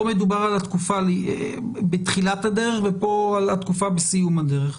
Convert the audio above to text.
פה מדובר על התקופה בתחילת הדרך ופה על התקופה בסיום הדרך.